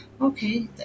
okay